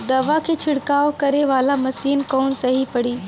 दवा के छिड़काव करे वाला मशीन कवन सही पड़ी?